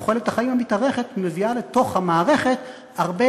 תוחלת החיים המתארכת מביאה לתוך המערכת הרבה